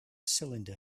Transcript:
cylinder